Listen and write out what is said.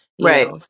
Right